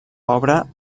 obra